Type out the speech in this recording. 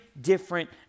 different